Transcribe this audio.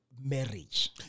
marriage